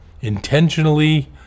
intentionally